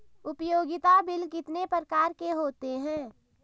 उपयोगिता बिल कितने प्रकार के होते हैं?